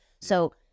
So-